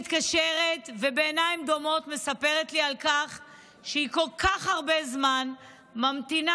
מתקשרת ובעיניים דומעות מספרת לי שהיא כל כך הרבה זמן ממתינה